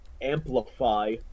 amplify